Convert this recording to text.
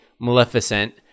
Maleficent